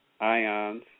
Ions